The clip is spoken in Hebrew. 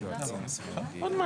התחדשות עירונית,